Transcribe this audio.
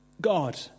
God